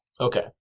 Okay